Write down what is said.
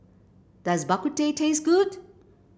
does Bak Kut Teh taste good